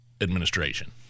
administration